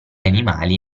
animali